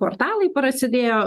portalai prasidėjo